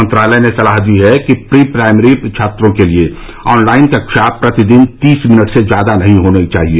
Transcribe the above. मंत्रालय ने सलाह दी है कि प्री प्राइमरी छात्रों के लिए ऑनलाइन कक्षा प्रतिदिन तीस मिनट से ज्यादा नहीं होनी चाहिए